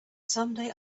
someday